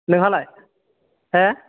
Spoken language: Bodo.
नोंहालाय हाह